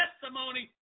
testimony